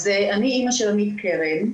אני אמא של עמית קרן,